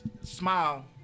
smile